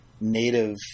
native